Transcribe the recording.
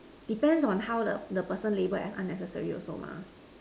depends on how the the person label as unnecessary also mah